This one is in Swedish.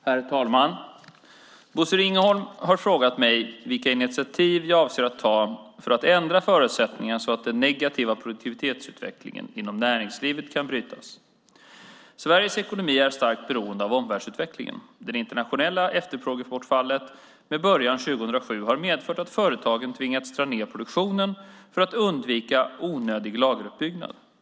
Herr talman! Bosse Ringholm har frågat mig vilka initiativ jag avser att ta för att ändra förutsättningarna så att den negativa produktivitetsutvecklingen inom näringslivet kan brytas. Sveriges ekonomi är starkt beroende av omvärldsutvecklingen. Det internationella efterfrågebortfallet med början 2007 har medfört att företagen tvingats dra ned produktionen för att undvika onödig lageruppbyggnad.